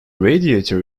radiator